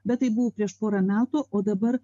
bet tai buvo prieš porą metų o dabar